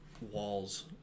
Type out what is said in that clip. walls